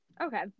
Okay